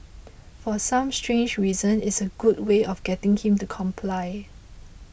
for some strange reason it's a good way of getting him to comply